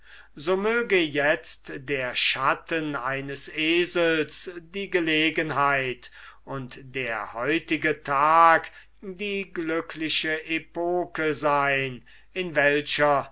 so möge itzt der schatten eines esels die gelegenheit und der heutige tag die glückliche epoke sein in welcher